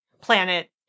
planet